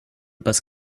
passe